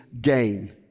gain